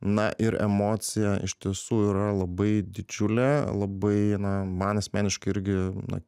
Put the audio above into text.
na ir emocija iš tiesų yra labai didžiulė labai na man asmeniškai irgi na